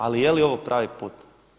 Ali je li ovo pravi put?